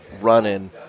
running